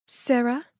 Sarah